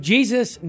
Jesus